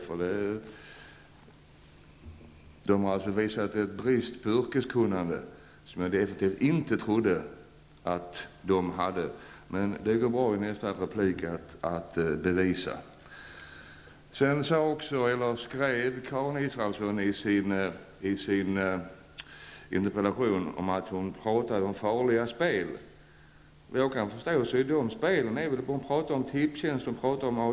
Om inte, har dessa visat en brist på yrkeskunnande som jag definitivt inte trodde dem om. Det går bra att komma med bevis i nästa replik, Karin Israelsson! Vidare talar Karin Israelsson i sin interpellation om farliga spel. Hon talar om Tipstjänst och ATG.